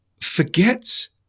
forgets